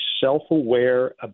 self-aware